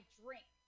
drink